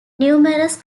numerous